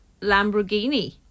Lamborghini